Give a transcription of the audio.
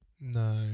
No